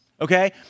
okay